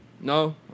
No